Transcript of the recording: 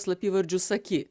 slapyvardžiu saki